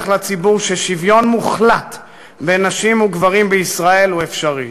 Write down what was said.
לציבור ששוויון מוחלט בין נשים וגברים בישראל הוא אפשרי.